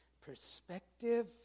perspective